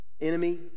enemy